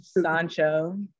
Sancho